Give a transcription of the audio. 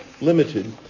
limited